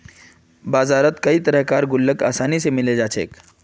बजारत कई तरह कार गुल्लक आसानी से मिले जा छे